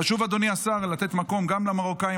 חשוב, אדוני השר, לתת מקום גם למרוקאים.